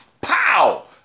pow